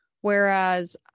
whereas